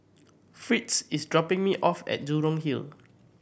Fritz is dropping me off at Jurong Hill